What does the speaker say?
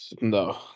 no